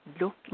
looking